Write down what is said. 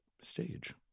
stage